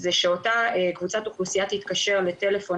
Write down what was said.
זה שאותה קבוצת אוכלוסייה תתקשר לטלפון